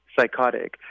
psychotic